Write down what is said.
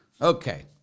Okay